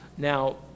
Now